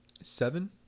seven